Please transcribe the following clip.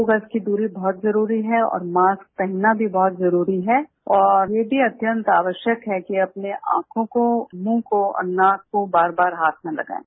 दो गज की दूरी बहुत जरूरी है और मास्क पहनना भी बहुत जरूरी है और ये भी अत्यंत आवश्यक है कि अपने आंखों को मुंह को और नाक को बार बार हाथ न लगाएं